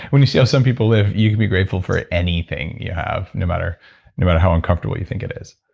when you see how some people live, you can be grateful for anything you have. no matter no matter how uncomfortable you think it is.